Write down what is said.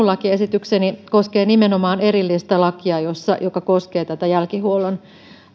lakiesitykseni koskee nimenomaan erillistä lakia joka koskee tätä jälkihuollon